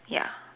ya